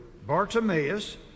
Bartimaeus